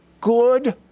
good